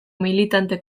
militante